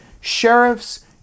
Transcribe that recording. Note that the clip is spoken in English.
sheriffs